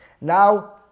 Now